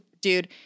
dude